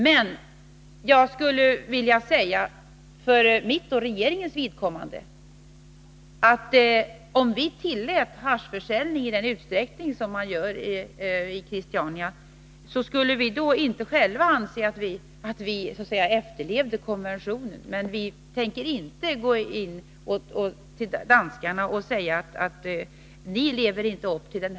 Men jag skulle också vilja säga, för mitt och regeringens vidkommande, att om vi tillät haschförsäljning i den utsträckning som man gör i Christiania skulle vi själva inte anse att vi efterlevde konventionen. Men vi tänker inte säga till danskarna att de inte efterlever konventionen.